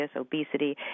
obesity